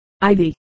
Ivy